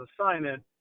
assignment